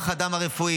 כוח האדם הרפואי,